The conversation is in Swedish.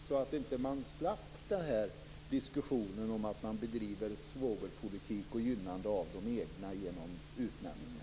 På det viset skulle man slippa hela denna diskussion om att man bedriver svågerpolitik och gynnar de egna genom utnämningar.